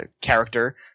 character